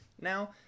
now